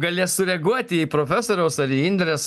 galės sureaguoti į profesoriaus ar į indrės